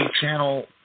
channel